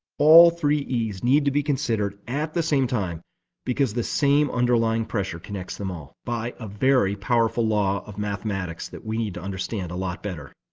all three e s need to be considered at the same time because the same underlying pressure connects them all by a very powerful law of mathematics that we need to understand a lot better.